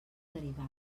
derivades